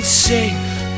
safe